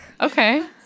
Okay